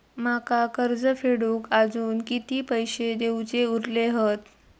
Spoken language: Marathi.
माका कर्ज फेडूक आजुन किती पैशे देऊचे उरले हत?